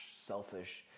selfish